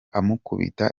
amukubita